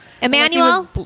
Emmanuel